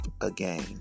again